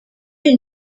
iyi